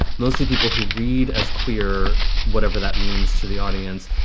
mostly people who read as queer, whatever that means to the audience,